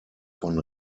von